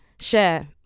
share